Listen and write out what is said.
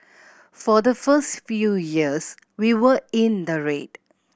for the first few years we were in the red